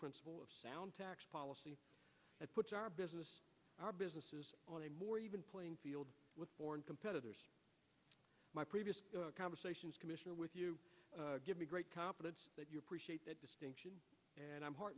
principle of sound tax policy that puts our business our businesses on a more even playing field with foreign competitors my previous conversations commissioner with you give me great confidence that you appreciate that distinction and i'm